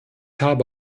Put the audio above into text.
habe